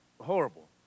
horrible